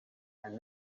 and